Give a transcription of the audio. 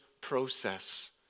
process